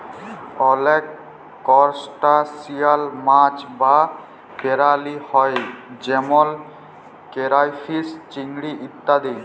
অলেক করসটাশিয়াল মাছ বা পেরালি হ্যয় যেমল কেরাইফিস, চিংড়ি ইত্যাদি